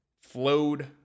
flowed